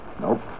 Nope